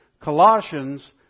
Colossians